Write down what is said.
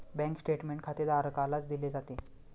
bank statement खातेधारकालाच दिले जाते